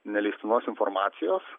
neleistinos informacijos